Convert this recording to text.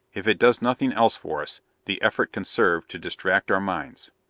if it does nothing else for us, the effort can serve to distract our minds.